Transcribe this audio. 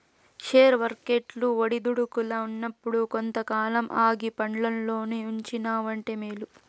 share వర్కెట్లు ఒడిదుడుకుల్ల ఉన్నప్పుడు కొంతకాలం ఆగి పండ్లల్లోనే ఉంచినావంటే మేలు